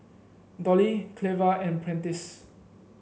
Dollye Cleva and Prentice